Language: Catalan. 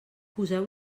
poseu